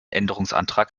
änderungsantrag